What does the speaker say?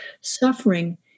suffering